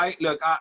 look